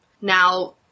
Now